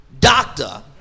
doctor